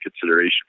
consideration